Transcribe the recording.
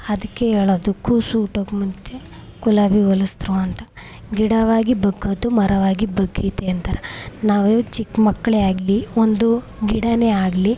ಅದಕ್ಕೆ ಹೇಳೋದು ಕೂಸು ಹುಟ್ಟೋಕೆ ಮುಂಚೆ ಕುಲಾವಿ ಹೊಲ್ಸಿದ್ರು ಅಂತ ಗಿಡವಾಗಿ ಬಗ್ಗದ್ದು ಮರವಾಗಿ ಬಗ್ಗೀತೆ ಅಂತಾರ ನಾವು ಇವಾಗ ಚಿಕ್ಕ ಮಕ್ಕಳೇ ಆಗಲಿ ಒಂದು ಗಿಡನೇ ಆಗಲಿ